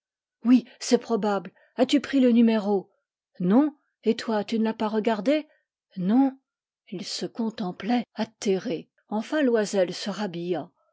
oui c'est probable as-tu pris le numéro non et toi tu ne l'as pas regardé non ils se contemplaient atterrés enfin loisel se rhabilla